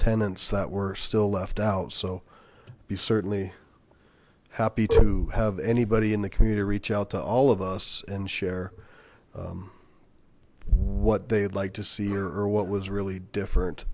tenants that were still left out so be certainly happy to have anybody in the community reach out to all of us and share what they'd like to see or what was really different